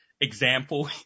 example